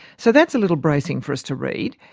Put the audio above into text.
so that's a little bracing for us to read.